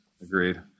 agreed